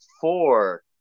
four